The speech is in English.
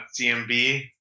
CMB